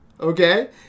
okay